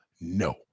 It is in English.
no